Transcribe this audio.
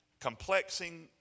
complexing